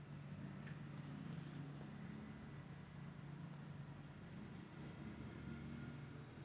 ,S.